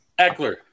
Eckler